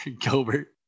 Gilbert